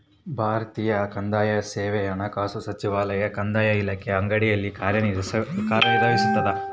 ಭಾರತೀಯ ಕಂದಾಯ ಸೇವೆ ಹಣಕಾಸು ಸಚಿವಾಲಯದ ಕಂದಾಯ ಇಲಾಖೆಯ ಅಡಿಯಲ್ಲಿ ಕಾರ್ಯನಿರ್ವಹಿಸ್ತದ